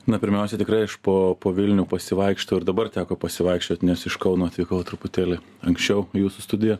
na pirmiausia tikrai aš po po vilnių pasivaikštau ir dabar teko pasivaikščiot nes iš kauno atvykau truputėlį anksčiau į jūsų studiją